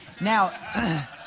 Now